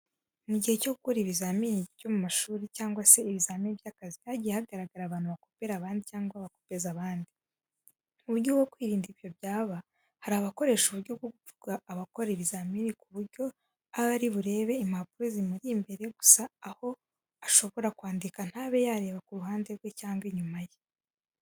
Mu gihe cyo gukora ibizamini byaba ibyo mu ishuri cyangwa se ibizamini by'akazi, hagiye hagaragara abantu bakopera abandi cyangwa se bagakopeza abandi. Mu buryo bwo kwirinda ko ibyo byaba hari abakoresha uburyo bwo gupfuka abakora ibizamini ku buryo ari burebe impapuro zimuri imbere, gusa aho ashobora kwandika ntabe yareba ku ruhande rwe cyangwa inyuma ye.